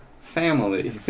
Family